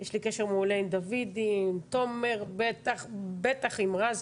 יש לי קשר מעולה עם דוידי, עם תומר, בטח עם רז.